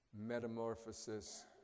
metamorphosis